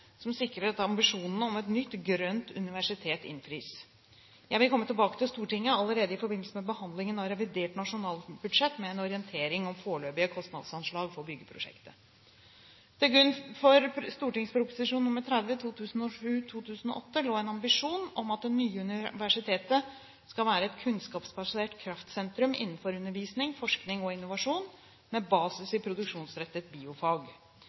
som sikrer at ambisjonene om et nytt «grønt» universitet innfris. Jeg vil komme tilbake til Stortinget allerede i forbindelse med behandlingen av revidert nasjonalbudsjett med en orientering om foreløpige kostnadsanslag for byggeprosjektet. Til grunn for St. prp. nr. 30 for 2007–2008 lå en ambisjon om at det nye universitet skal være et kunnskapsbasert kraftsentrum innenfor undervisning, forskning og innovasjon med basis i produksjonsrettede biofag.